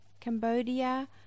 Cambodia